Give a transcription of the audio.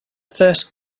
first